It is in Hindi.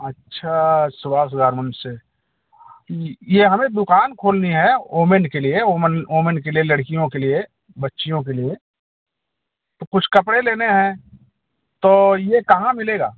अच्छा सुभास गारमन से इ यह हमें दुकान खोलनी है ओमेन के लिए ओमन ओमेन के लिए लड़कियों के लिए बच्चियों के लिए तो कुछ कपड़े लेने हैं तो यह कहाँ मिलेगा